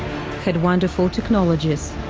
had wonderful technologies